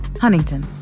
Huntington